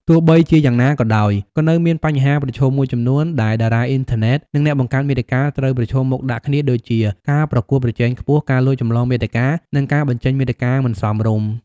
ទោះបីជាយ៉ាងណាក៏ដោយ ក៏នៅមានបញ្ហាប្រឈមមួយចំនួនដែលតារាអុីនធឺណិត និងអ្នកបង្កើតមាតិកាត្រូវប្រឈមមុខដាក់គ្នាដូចជា ការប្រកួតប្រជែងខ្ពស់ ការលួចចម្លងមាតិកា និងការបញ្ចេញមាតិកាមិនសមរម្យ។